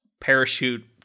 parachute